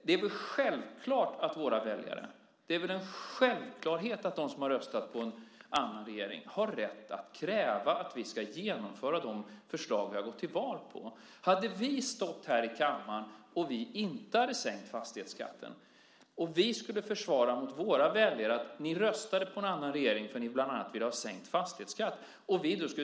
Det är väl självklart att våra väljare, det är en självklarhet att de som har röstat för att få en annan regering, har rätt att kräva att vi ska genomföra de förslag som vi har gått till val på. Tänk om vi hade stått här i kammaren och sagt att vi inte vill sänka fastighetsskatten och inför våra väljare försvara oss och säga: Ni röstade på en annan regering för att ni bland annat ville ha en sänkt fastighetsskatt.